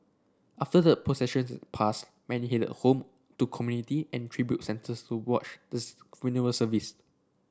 after the processions passed many headed home to community and tribute centres to wash this funeral service